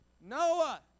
Noah